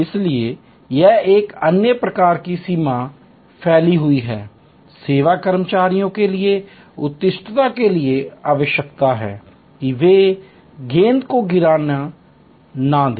इसलिए यह एक अन्य प्रकार की सीमा फैली हुई सेवा कर्मियों के लिए उत्कृष्टता के लिए आवश्यक है कि वे गेंद को गिरने न दें